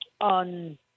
on